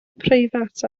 preifat